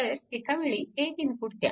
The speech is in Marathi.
तर एकावेळी एक इनपुट द्या